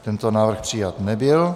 Tento návrh přijat nebyl.